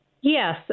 Yes